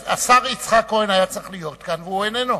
השר יצחק כהן היה צריך להיות כאן, והוא איננו.